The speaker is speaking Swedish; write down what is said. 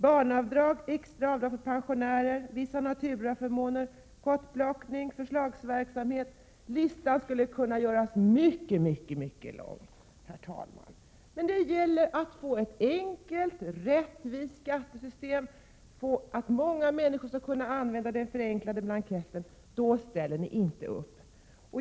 Extra avdrag, extra avdrag för pensionärer, beskattningen av vissa naturaförmåner, kottplockning, förslagsverksamhet — listan över förslag skulle kunna göras mycket lång, herr talman, men när det gäller att få ett enkelt och rättvist skattesystem, så att många människor skall kunna använda den förenklade deklarationsblanketten, då ställer ni inte upp.